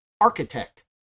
architect